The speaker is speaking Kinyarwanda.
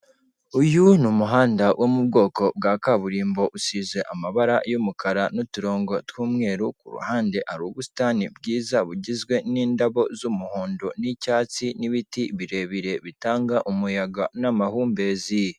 Uyu ni umuhanda wo mu bwoko bwa kaburimbo usize amabara y'umukara n'uturongo tw'umweru kuruhande hari ubusitani bwiza bugizwe n'indabo z'umuhondo n'icyatsi n'ibiti birebire bitanga umuyaga n'amahumbezi.